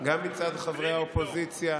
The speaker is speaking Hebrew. מצד חברי האופוזיציה,